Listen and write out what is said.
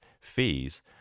fees